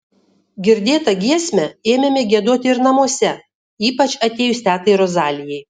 girdėtą giesmę ėmėme giedoti ir namuose ypač atėjus tetai rozalijai